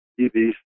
TV